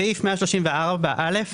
בסעיף 134א,